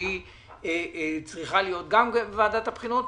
שהיא צריכה להיות גם בוועדת הבחינות,